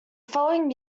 following